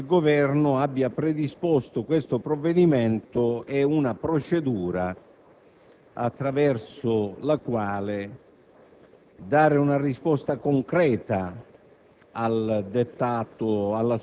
È dunque opportuno che il Governo abbia presentato questo provvedimento e predisposto una procedura attraverso la quale